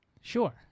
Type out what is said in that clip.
Sure